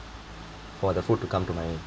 for the food to come to my